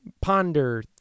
ponder